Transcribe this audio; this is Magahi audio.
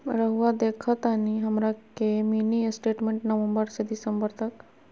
रहुआ देखतानी हमरा के मिनी स्टेटमेंट नवंबर से दिसंबर तक?